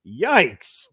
Yikes